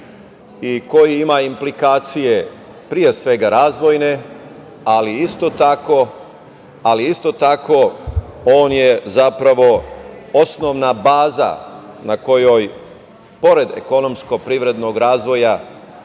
i koji ima implikacije pre svega razvojne, ali isto tako on je, zapravo, osnovna baza kojoj, pored ekonomsko-privrednog razvoja,